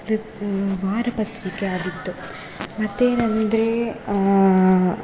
ವೃತ್ತ ವಾರಪತ್ರಿಕೆ ಆಗಿತ್ತು ಮತ್ತೇನಂದರೆ ಆ